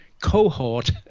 cohort